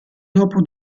dopo